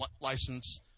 license